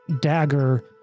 dagger